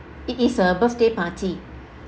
it is a birthday party